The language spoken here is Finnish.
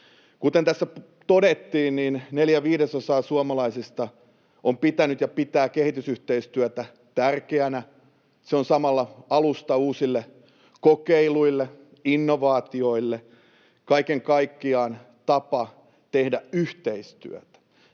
Kuten tässä todettiin, neljä viidesosaa suomalaisista on pitänyt ja pitää kehitysyhteistyötä tärkeänä. Se on samalla alusta uusille kokeiluille ja innovaatioille — kaiken kaikkiaan tapa tehdä yhteistyötä.